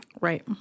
Right